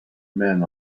men